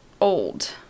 old